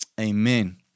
Amen